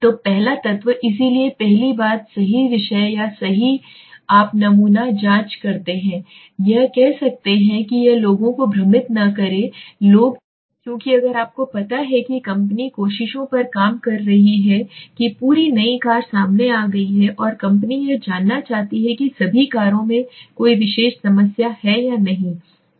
तो पहला तत्व इसलिए पहली बात सही विषय या सही आप नमूना आप जानते हैं यह कह सकते हैं कि यह लोगों को भ्रमित न करें लोग क्योंकि अगर आपको पता है कि कंपनी कोशिशों पर काम कर रही है कि पूरी नई कार सामने आ गई है और कंपनी यह जानना चाहती है कि सभी कारों में कोई विशेष समस्या है या नहीं